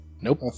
Nope